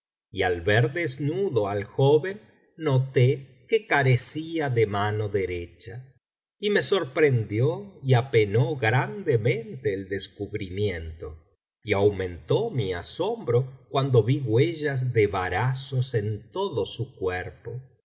y al ver desnudo al joven noté que carecía de mano derecha y me sorprendió y apenó grandemente el descubrimiento y aumentó mi asombro cuando vi huellas de varazos en todo su cuerpo